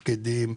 לפקידים,